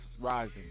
rising